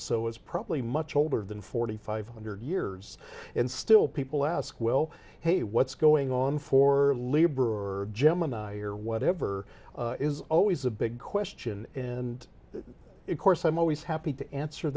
so it's probably much older than forty five hundred years and still people ask well hey what's going on for labor or gemini or whatever is always a big question and it course i'm always happy to answer